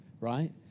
right